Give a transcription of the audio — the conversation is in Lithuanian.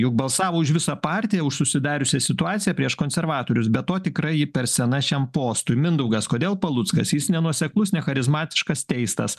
juk balsavo už visą partiją už susidariusią situaciją prieš konservatorius be to tikrai ji per sena šiam postui mindaugas kodėl paluckas jis nenuoseklus necharizmatiškas teistas